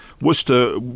Worcester